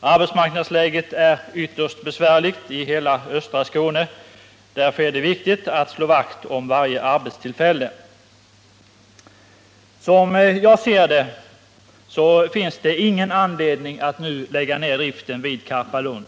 Arbetsmarknadsläget är ytterst besvärligt i hela östra Skåne. Därför är det också viktigt att slå vakt om varje arbetstillfälle. Som jag ser saken finns det ingen anledning att nu lägga ned driften vid Karpalund.